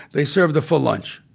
they served a full lunch.